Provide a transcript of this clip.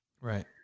right